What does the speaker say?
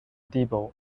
depot